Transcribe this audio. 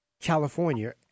California